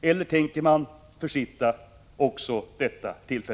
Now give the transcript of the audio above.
eller tänker man försitta också detta tillfälle?